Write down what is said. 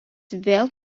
vėl